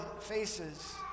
faces